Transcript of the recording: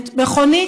מכונית.